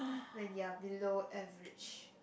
when you are below average